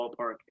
ballpark